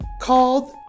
called